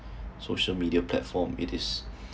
social media platform it is